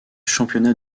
championnat